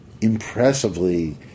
impressively